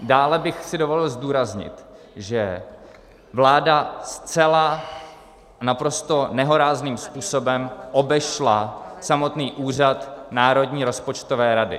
Dále bych si dovolil zdůraznit, že vláda zcela a naprosto nehorázným způsobem obešla samotný Úřad Národní rozpočtové rady.